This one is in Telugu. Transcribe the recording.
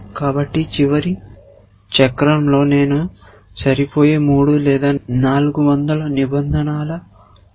కాబట్టి చివరి చక్రంలో నేను సరిపోయే 3 లేదా 400 నిబంధనల ఉదాహరణలు ఉన్నాయి